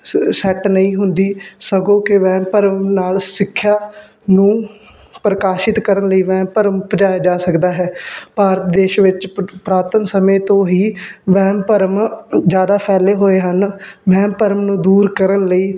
ਸ ਸੈੱਟ ਨਹੀਂ ਹੁੰਦੀ ਸਗੋਂ ਕਿ ਵਹਿਮ ਭਰਮ ਨਾਲ ਸਿੱਖਿਆ ਨੂੰ ਪ੍ਰਕਾਸ਼ਿਤ ਕਰਨ ਲਈ ਵਹਿਮ ਭਰਮ ਭਜਾਇਆ ਜਾ ਸਕਦਾ ਹੈ ਭਾਰਤ ਦੇਸ਼ ਵਿੱਚ ਪ ਪੁਰਾਤਨ ਸਮੇਂ ਤੋਂ ਹੀ ਵਹਿਮ ਭਰਮ ਜ਼ਿਆਦਾ ਫੈਲੇ ਹੋਏ ਹਨ ਵਹਿਮ ਭਰਮ ਨੂੰ ਦੂਰ ਕਰਨ ਲਈ